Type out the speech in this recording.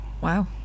Wow